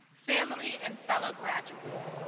family, and fellow graduates.